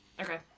Okay